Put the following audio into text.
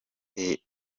kandi